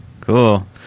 Cool